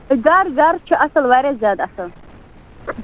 گرٕ گرٕ چھُ اَصٕل واریاہ زیادٕ اَصٕل